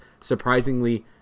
surprisingly